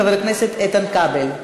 חבר הכנסת איתן כבל.